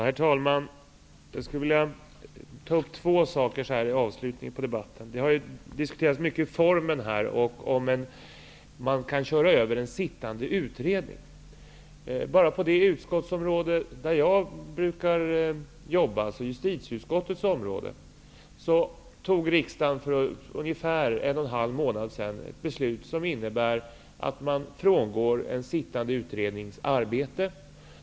Herr talman! Jag skulle vilja ta upp två frågor så här i avslutningen av debatten. Man har diskuterat om man kan köra över en sittande utredning. På det utskottsområde där jag arbetar -- justitieutskottet -- fattade riksdagen för ungefär en och en halv månad sedan ett principbeslut som innebär att man frångår en sittande utrednings arbete.